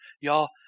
Y'all